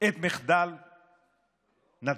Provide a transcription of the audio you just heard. את מחדל נתב"ג.